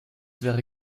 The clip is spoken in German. wäre